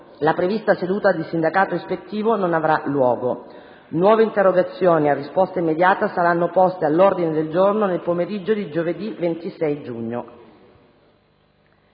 la prevista seduta di sindacato ispettivo non avrà luogo. Nuove interrogazioni a risposta immediata saranno poste all'ordine del giorno nel pomeriggio di giovedì 26 giugno.